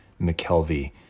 McKelvey